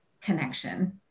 connection